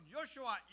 Joshua